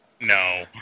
No